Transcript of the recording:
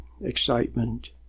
excitement